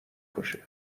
کشه